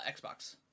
Xbox